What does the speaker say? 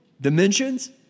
dimensions